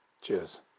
Cheers